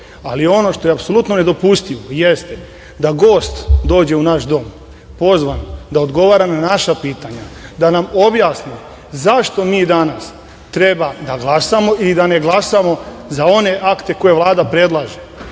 ali ono što je apsolutno nedopustivo jeste da gost dođe u naš dom, pozvan da odgovara na naša pitanja da nam objasni zašto mi danas treba da glasamo ili da ne glasamo za one akte koja Vlada predlaže,